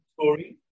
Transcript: story